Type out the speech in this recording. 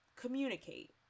communicate